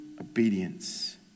obedience